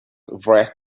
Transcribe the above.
wreath